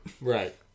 Right